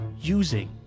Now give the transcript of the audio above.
using